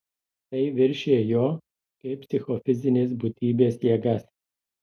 tai viršija jo kaip psichofizinės būtybės jėgas